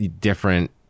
different